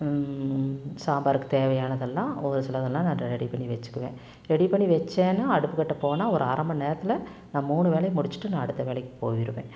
சாம்பாருக்கு தேவையானதெல்லாம் ஒரு சிலதெல்லாம் நான் ரெடி பண்ணி வச்சிக்குவேன் ரெடி பண்ணி வச்சேன்னா அடுப்புக்கிட்ட போனால் ஒரு அரை மணிநேரத்தில் நான் மூணு வேலையும் முடிச்சிட்டு நான் அடுத்த வேலைக்கு போயிடுவேன்